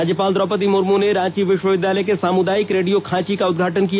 राज्यपाल द्रौपदी मुर्मू ने रांची विश्वविद्यालय के सामुदायिक रेडियो खांची का उद्घाटन किया